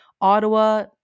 Ottawa